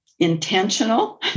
intentional